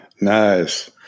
nice